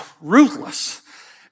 ruthless